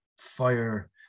fire